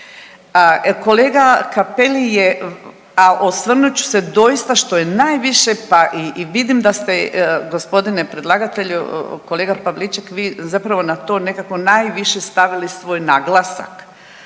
Kolega Cappelli je, a osvrnut ću se doista što je najviše, pa i vidim da ste gospodine predlagatelju, kolega Pavliček vi zapravo na to nekako najviše stavili svoj naglasak.